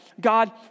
God